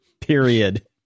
Period